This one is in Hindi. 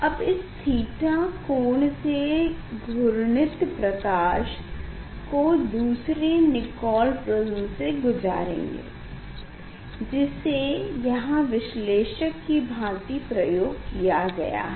अब इस थीटा कोण से घूर्णित प्रकाश को दूसरे निकोल प्रिस्म से गुजारेंगे जिसे यहाँ विश्लेषक की भाँति प्रयोग किया गया है